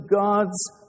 God's